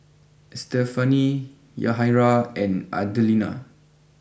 Estefany Yahaira and Adelina